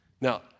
Now